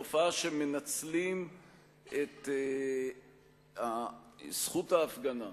אין שום ספק שהתופעה שמנצלים את זכות ההפגנה,